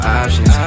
options